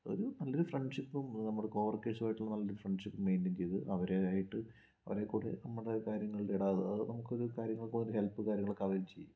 ഒരു നല്ലൊരു ഫ്രണ്ട്ഷിപ്പും ഒരു കോവർക്കേസും ആയിട്ടുള്ള നല്ലൊരു ഫ്രണ്ട്ഷിപ്പ് മെയിൻറ്റെയിൻ ചെയ്ത് അവരെയായിട്ടു അവരെകൂടെ നമ്മുടെ കാര്യങ്ങളിലിടാതെ അതായത് നമുക്കൊരു കാര്യങ്ങൾക്കൊരു ഹെൽപ് കാര്യങ്ങളൊക്കെ അവര് ചെയ്യും